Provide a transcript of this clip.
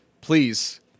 please